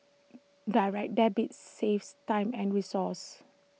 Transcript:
direct Debits saves time and resources